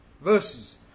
verses